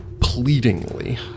pleadingly